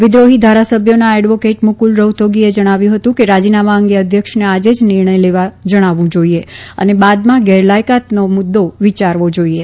વિદ્રોહી ધારાસભ્યોના એડવોકેટ મુકુલ રોહતગીએ જણાવ્યું કે રાજીનામા અંગે અધ્યક્ષને આજે જ નિર્ણય લેવા જણાવવું જાઇએ અને બાદમાં ગેરલાયકાતનો મુદ્દો વિચારવો જાઇએ